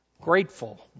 grateful